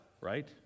right